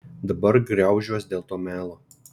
dabar griaužiuos dėl to melo